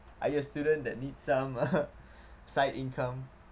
are you a student that needs uh some side income